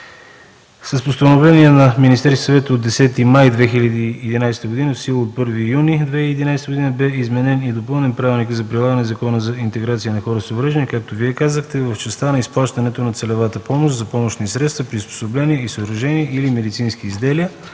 С Постановление на Министерския съвет от 10 май 2011 г., в сила от 1 юни 2011 г., бе изменен и допълнен Правилникът за прилагане на Закона за интеграция на хора с увреждания, както Вие казахте, в частта на изплащането на целевата помощ за помощни средства, приспособления и съоръжения или медицински изделия